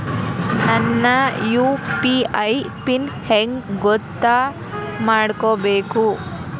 ನನ್ನ UPI PIN ಹೆಂಗ್ ಗೊತ್ತ ಮಾಡ್ಕೋಬೇಕು?